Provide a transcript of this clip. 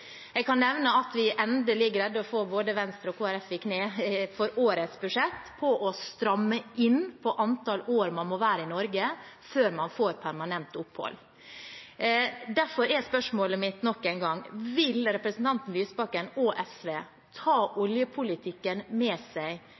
Jeg kan nevne at vi i årets budsjett endelig klarte å få både Venstre og Kristelig Folkeparti i kne og stramme inn på antall år man må være i Norge før man får permanent opphold. Derfor er spørsmålet mitt nok en gang: Vil representanten Lysbakken og SV ta oljepolitikken med seg